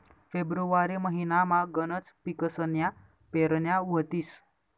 February महिनामा गनच पिकसन्या पेरण्या व्हतीस